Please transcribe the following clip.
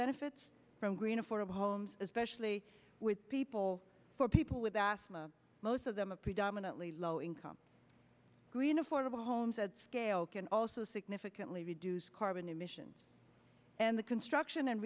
benefits from green affordable homes especially with people for people with asamoah most of them a predominately low income green affordable homes at scale can also significantly reduce carbon emissions and the construction and